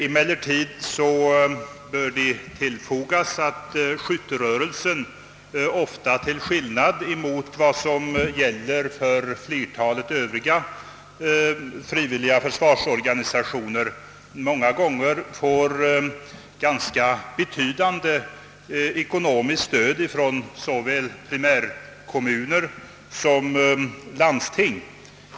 Det bör emellertid betonas att skytterörelsen till skillnad från flertalet övriga frivilliga försvarsorganisationer många gånger får ett ganska be tydande ekonomiskt stöd från såväl primärkommuner som landsting.